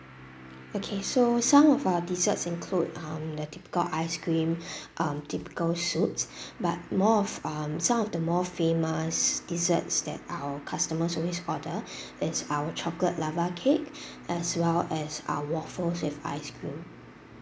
okay so some of our desserts include um the typical ice cream um typical soup but more of um some of the more famous desserts that our customers always order is our chocolate lava cake as well as our waffles with ice cream